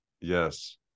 yes